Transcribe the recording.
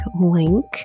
link